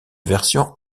version